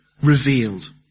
revealed